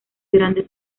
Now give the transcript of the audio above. grande